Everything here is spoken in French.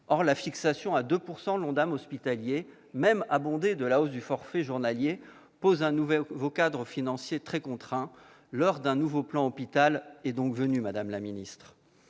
Or la fixation à 2 % de l'ONDAM hospitalier, même abondé de la hausse du forfait journalier, pose un nouveau cadre financier très contraint ; l'heure d'un nouveau « plan Hôpital » est donc venue, madame la ministre.